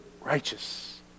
righteous